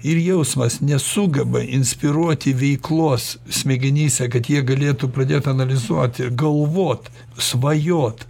ir jausmas nesugeba inspiruoti veiklos smegenyse kad jie galėtų pradėt analizuot ir galvot svajot